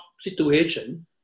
situation